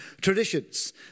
traditions